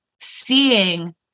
seeing